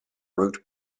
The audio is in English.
route